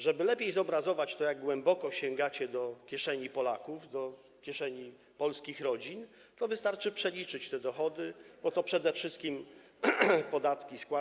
Żeby lepiej zobrazować to, jak głęboko sięgacie do kieszeni Polaków, do kieszeni polskich rodzin, wystarczy przeliczyć te dochody, bo to przede wszystkim podatki i składki.